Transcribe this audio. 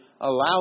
allow